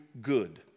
good